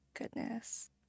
goodness